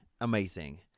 amazing